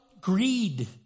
greed